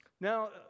now